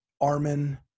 Armin